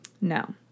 No